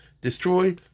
destroy